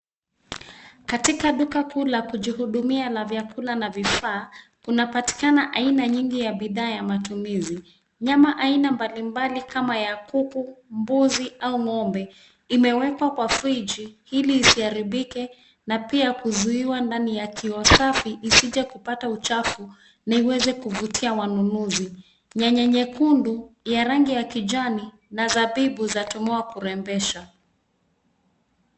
Katika duka kuu la kujihudumia la vyakula na vifaa, kunapatikana aina nyingi ya bidhaa ya matumizi. Nyama aina mbalimbali kama ya kuku, mbuzi au ng'ombe imewekwa kwa friji ili isiharibike na pia kuzuiwa ndani ya kioo safi isije kupata uchafu na iweze kuvutia wanunuzi. Nyanya nyekundu ya rangi ya kijani na zabibu zatumiwa kurembesha.